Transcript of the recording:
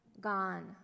gone